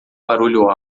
barulho